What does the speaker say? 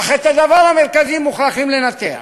אך את הדבר המרכזי מוכרחים לנתח.